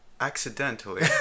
accidentally